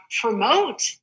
promote